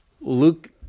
Luke